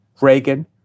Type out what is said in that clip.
Reagan